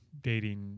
dating